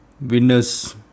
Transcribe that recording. winners